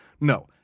no